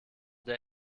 der